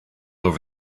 over